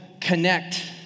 connect